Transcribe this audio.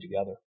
together